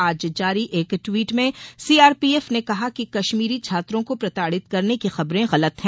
आज जारी एक ट्वीट में सीआरपीएफ ने कहा कि कश्मीरी छात्रों को प्रताड़ित करने की खबरें गलत हैं